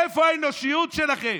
איפה האנושיות שלכם?